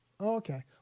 Okay